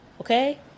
okay